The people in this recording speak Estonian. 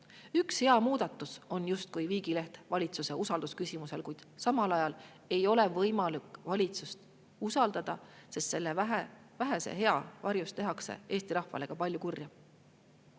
Üks hea muudatus on justkui viigileht valitsuse usaldusküsimusele, kuid samal ajal ei ole võimalik valitsust usaldada, sest selle vähese hea varjus tehakse Eesti rahvale ka palju